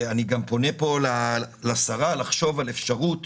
אני פונה כאן לשרה לחשוב לא רק על אפשרות